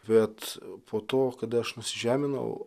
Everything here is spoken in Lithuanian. bet po to kada aš nusižeminau